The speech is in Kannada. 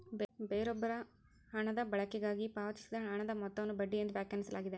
ಬೇರೊಬ್ಬರ ಹಣದ ಬಳಕೆಗಾಗಿ ಪಾವತಿಸಿದ ಹಣದ ಮೊತ್ತವನ್ನು ಬಡ್ಡಿ ಎಂದು ವ್ಯಾಖ್ಯಾನಿಸಲಾಗಿದೆ